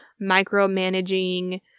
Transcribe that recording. micromanaging